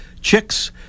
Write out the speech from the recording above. chicks